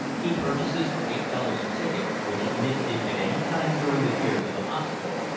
he purchases for eight dollars a ticket which admits him at any time during the year to the hospital,